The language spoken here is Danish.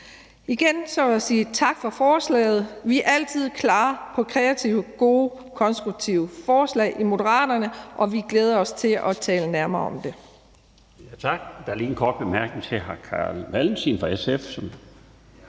Igen vil jeg sige tak for forslaget. Vi er altid klar på kreative, gode, konstruktive forslag i Moderaterne, og vi glæder os til at tale nærmere om det.